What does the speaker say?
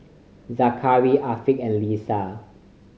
Zakaria Afiq and Lisa